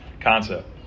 concept